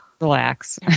relax